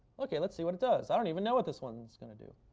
ok, let's see what it does. i don't even know what this one's going to do.